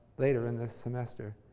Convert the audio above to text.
later in this semester,